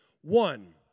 One